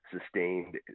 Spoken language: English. sustained